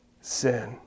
sin